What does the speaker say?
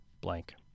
blank